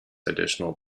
additional